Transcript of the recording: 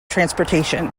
transportation